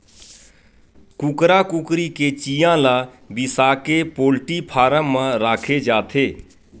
कुकरा कुकरी के चिंया ल बिसाके पोल्टी फारम म राखे जाथे